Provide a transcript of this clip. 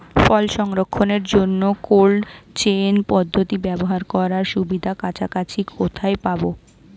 ফল সংরক্ষণের জন্য cold chain পদ্ধতি ব্যবহার করার সুবিধা কাছাকাছি কোথায় পাবো?